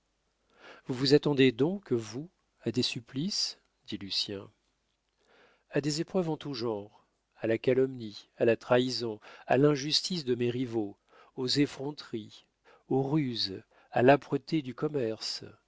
vous vous attendez donc vous à des supplices dit lucien a des épreuves en tout genre à la calomnie à la trahison à l'injustice de mes rivaux aux effronteries aux ruses à l'âpreté du commerce